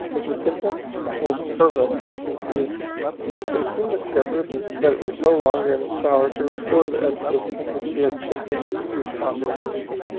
his repentance was fervent and sincere but he soon discovered that it was no longer in his power to restore the edifice which he had shaken to its foundations.